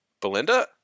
Belinda